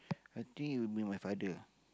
I think it will be my father ah